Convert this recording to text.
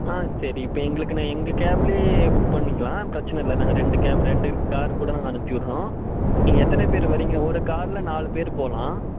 சரி இப்போ எங்களுக்னே எங்கள் கேப்பிலே புக் பண்ணிக்கலாம் பிரச்சின இல்லை நாங்கள் ரெண்டு கேப் இருக்குது கார் கூட நாங்கள் அனுப்பி விட்டுறோம் நீங்கள் எத்தனைப் பேர் வர்றீங்க ஒரு காரில் நாலு பேர் போகலாம்